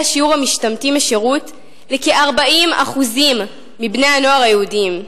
שיעור המשתמטים משירות לכ-40% מבני-הנוער היהודים.